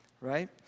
right